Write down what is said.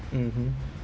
mmhmm